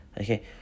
Okay